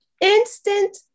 Instant